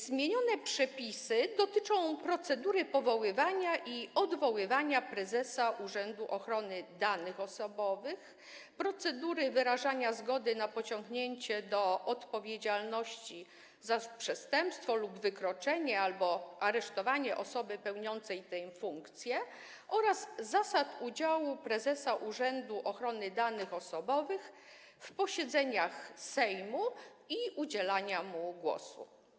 Zmienione przepisy dotyczą procedury powoływania i odwoływania prezesa Urzędu Ochrony Danych Osobowych, procedury wyrażania zgody na pociągnięcie do odpowiedzialności za przestępstwo lub wykroczenie albo aresztowanie osoby pełniącej tę funkcję oraz zasad udziału prezesa Urzędu Ochrony Danych Osobowych w posiedzeniach Sejmu i udzielania mu głosu.